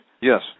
Yes